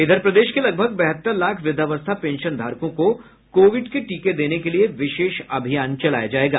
उधर प्रदेश के लगभग बहत्तर लाख व्रद्धावस्था पेंशनधारकों को कोविड के टीके देने के लिए विशेष अभियान चलाया जायेगा